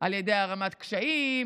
על ידי הערמת קשיים,